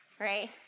Right